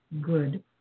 good